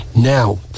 now